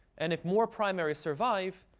and if more primaries survive,